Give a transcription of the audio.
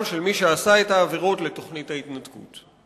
של מבצעי העבירות לתוכנית ההתנתקות.